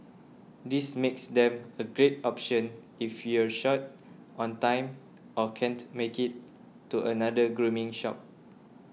this makes them a great option if you're short on time or can't make it to another grooming shop